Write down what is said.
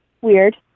weird